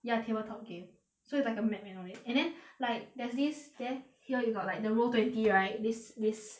ya table top game so it's like a map and all that and then like there's this there here you got like the row twenty right this this